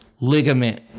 ligament